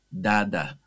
dada